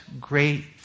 great